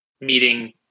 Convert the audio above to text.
meeting